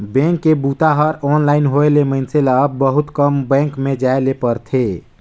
bank के बूता हर ऑनलाइन होए ले मइनसे ल अब बहुत कम बेंक में जाए ले परथे